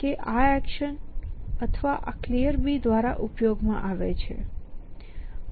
કે આ એક્શન અથવા આ Clear આ દ્વારા ઉપયોગ માં આવે છે